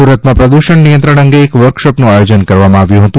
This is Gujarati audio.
સુરતમાં પ્રદુષણ નિયંત્રણ અંગે એક વર્કશોપનું આયોજન કરવામાં આવ્યું હતું